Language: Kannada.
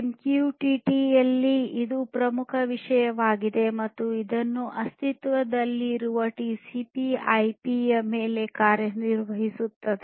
ಎಂಕ್ಯೂಟಿಟಿ ಯಲ್ಲಿ ಇದು ಪ್ರಮುಖ ವಿಷಯವಾಗಿದೆ ಮತ್ತು ಇದು ಅಸ್ತಿತ್ವದಲ್ಲಿರುವ ಟಿಸಿಪಿಐಪಿTCPIP ಯ ಮೇಲೆ ಕಾರ್ಯನಿರ್ವಹಿಸುತ್ತದೆ